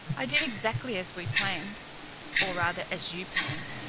i did exactly as we planned or rather as you planned.